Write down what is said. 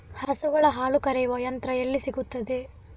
ಹಸುಗಳ ಹಾಲು ಕರೆಯುವ ಯಂತ್ರ ಎಲ್ಲಿ ಸಿಗುತ್ತದೆ?